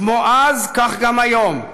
כמו אז כך גם היום,